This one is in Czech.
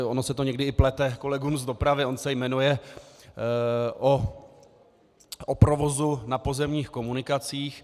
Ono se to někdy plete i kolegům z dopravy, on se jmenuje o provozu na pozemních komunikacích.